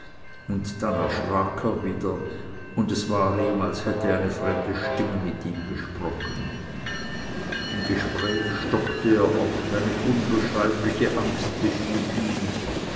und dann erschrak er wieder und es war ihm als hätte eine fremde stimme mit ihm gesprochen im gespräch stockte er oft eine unbeschreibliche angst befiel ihn